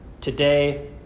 Today